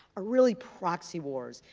are really proxy wars.